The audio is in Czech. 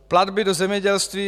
Platby do zemědělství.